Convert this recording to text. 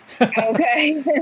okay